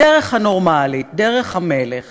הדרך הנורמלית, דרך המלך